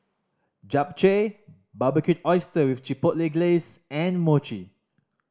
Japchae Barbecued Oyster with Chipotle Glaze and Mochi